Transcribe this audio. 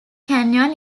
canyon